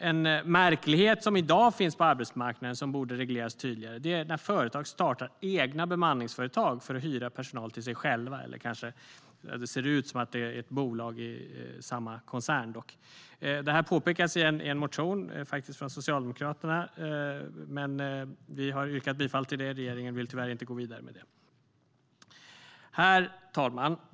En märklighet som i dag finns på arbetsmarknaden och som borde regleras tydligare är att företag startar egna bemanningsföretag för att hyra ut personal till sig själva. Det kanske ser ut som att det är ett annat bolag i samma koncern. Det här påpekas i en motion som faktiskt kommer från Socialdemokraterna. Vi har yrkat bifall till den, men regeringen vill tyvärr inte gå vidare med detta. Herr talman!